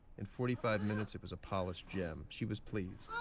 in forty five minutes, it was a polished gem. she was pleased.